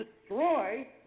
destroy